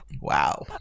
Wow